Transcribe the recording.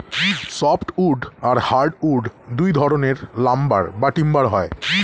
soft wood আর hard wood দুই ধরনের লাম্বার বা টিম্বার হয়